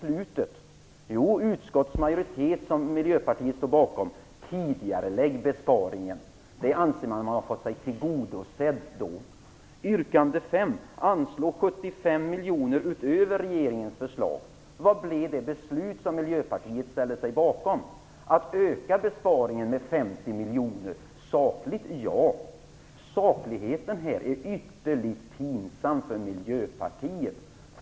Jo, den utskottsmajoritet som Miljöpartiet står bakom vill tidigarelägga besparingen. Det yrkandet anser man att man har fått tillgodosett. I yrkande 5 sägs: "anslår 75 000 000 utöver regeringens förslag". Vilket beslut har Miljöpartiet ställt sig bakom. Jo, att öka besparingen med 50 miljoner. Sakligt? Ja! Sakligheten här är ytterligt pinsam för Miljöpartiet.